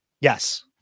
Yes